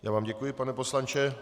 Já vám děkuji, pane poslanče.